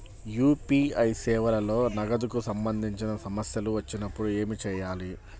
UPI సేవలలో నగదుకు సంబంధించిన సమస్యలు వచ్చినప్పుడు ఏమి చేయాలి?